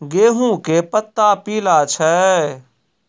गेहूँ के पत्ता पीला छै?